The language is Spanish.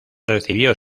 recibió